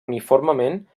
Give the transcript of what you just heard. uniformement